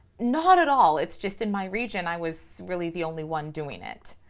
not at all, it's just in my region i was really the only one doing it.